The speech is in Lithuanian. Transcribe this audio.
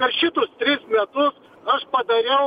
per šitus tris metu aš padariau